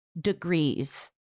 degrees